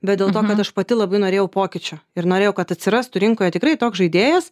bet dėl to kad aš pati labai norėjau pokyčio ir norėjau kad atsirastų rinkoje tikrai toks žaidėjas